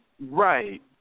right